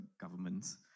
governments